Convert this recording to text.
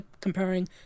comparing